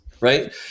right